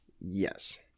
yes